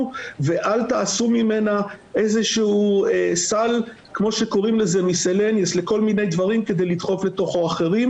ואל תעשו ממנה איזשהו סל כדי לדחוף לתוכו אחרים.